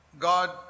God